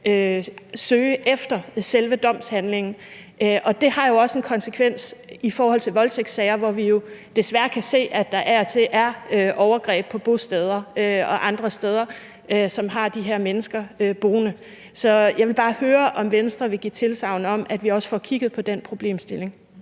søge efter selve domsforhandlingen. Det har jo også en konsekvens i forhold til voldtægtssager, hvor vi jo desværre kan se, at der af og til er overgreb på bosteder og andre steder, som har de her mennesker boende. Så jeg vil bare høre, om Venstre vil give tilsagn om, at vi også får kigget på den problemstilling.